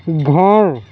گھر